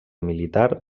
militar